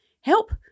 Help